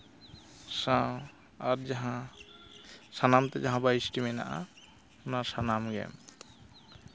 ᱥᱟᱶ ᱟᱨ ᱡᱟᱦᱟᱸ ᱥᱟᱱᱟᱢᱛᱮ ᱡᱟᱦᱟᱸ ᱵᱟᱭᱤᱥᱴᱤ ᱢᱮᱱᱟᱜᱼᱟ ᱚᱱᱟ ᱥᱟᱱᱟᱢᱜᱮ